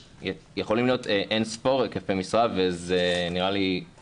יכולים להיות אין ספור היקפי משרה וזה נראה לי לא סביר.